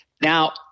Now